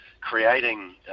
creating